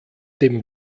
dem